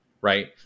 right